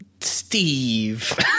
Steve